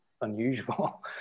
unusual